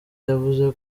yavuze